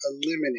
eliminate